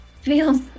feels